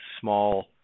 small